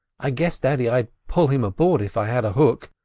i guess, daddy, i'd pull him aboard if i had a hook.